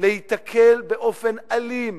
להיתקל באופן אלים